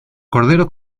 cordero